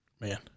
Man